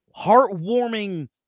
heartwarming